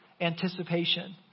anticipation